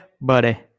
buddy